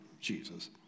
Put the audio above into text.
Jesus